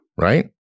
Right